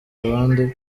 abandi